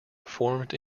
formed